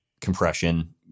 compression